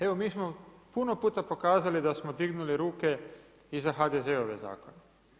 Evo, mi smo puno puta pokazali da smo dignuli ruke i za HDZ-ove zakone.